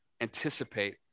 anticipate